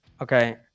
okay